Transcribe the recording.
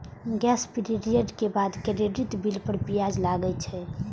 grace period के बाद credit bill पर ब्याज लागै छै